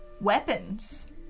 weapons